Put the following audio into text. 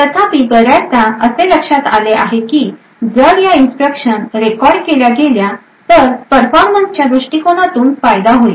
तथापि बर्याचदा असे लक्षात आले आहे की जर या इन्स्ट्रक्शन रेकॉर्ड केल्या गेल्या तर परफॉर्मन्सच्या दृष्टीकोनातून फायदा होईल